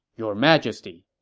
your majesty,